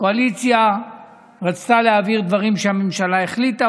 קואליציה רצתה להעביר דברים שהממשלה החליטה,